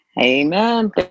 Amen